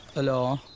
hello.